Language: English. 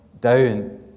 down